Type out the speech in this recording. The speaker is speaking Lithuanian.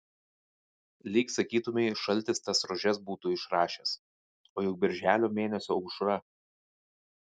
lyg sakytumei šaltis tas rožes būtų išrašęs o juk birželio mėnesio aušra